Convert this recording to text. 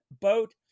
Boat